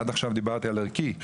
עד עכשיו דיברתי על ערכי,